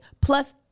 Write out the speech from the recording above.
plus